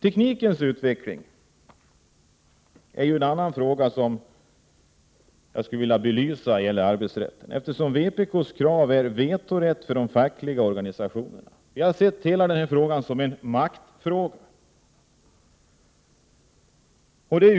Teknikens utveckling är en annan fråga som jag vill belysa i arbetsrättsligt sammanhang, eftersom vpk:s krav är vetorätt för de fackliga organisationerna. Vi har sett denna fråga som en maktfråga.